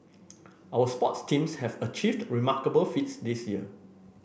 our sports teams have achieved remarkable feats this year